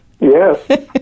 Yes